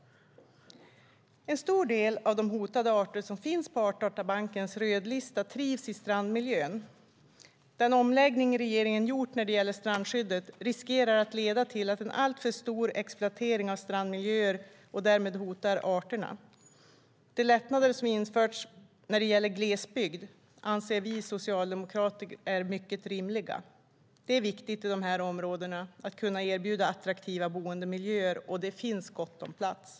En stor del av de hotade arter som finns på artdatabankens rödlista trivs i strandmiljö. Den omläggning regeringen gjort när det gäller strandskyddet riskerar att leda till en allt för stor exploatering av strandmiljöer och att arterna därmed hotas. De lättnader som införts när det gäller glesbygd anser vi socialdemokrater är mycket rimliga. Det är viktigt i dessa områden att kunna erbjuda attraktiva boendemiljöer, och det finns gott om plats.